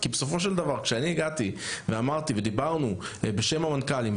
בסופו של דבר כשאני הגעתי ואמרתי ודיברנו בשם המנכ"לים,